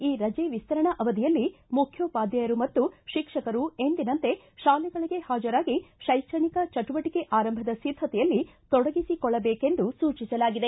ಈ ರಜೆ ವಿಸ್ತರಣಾ ಅವಧಿಯಲ್ಲಿ ಮುಖ್ಲೋಪಾಧ್ಯಾಯರು ಮತ್ತು ಶಿಕ್ಷಕರು ಎಂದಿನಂತೆ ಶಾಲೆಗಳಿಗೆ ಹಾಜರಾಗಿ ಶೈಕ್ಷಣಿಕ ಚಟುವಟಿಕೆ ಆರಂಭದ ಸಿದ್ದತೆಯಲ್ಲಿ ತೊಡಗಿಸಿಕೊಳ್ಳಬೇಕೆಂದು ಸೂಚಿಸಲಾಗಿದೆ